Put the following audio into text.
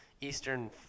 Eastern